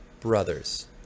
brothers